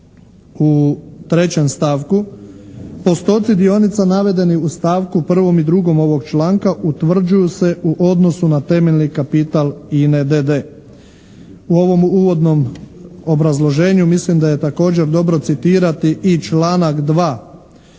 u 3. stavku postoci dionica navedeni u stavku 1. i 2. ovog članka utvrđuju se u odnosu na temeljni kapital INA d.d. U ovom uvodnom obrazloženju mislim da je također dobro citirati i članak 2.